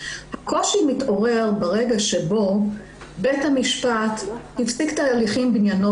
הקושי מתעורר ברגע שבו בית המשפט הפסיק את ההליכים בעניינו